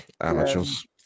Amateurs